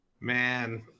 man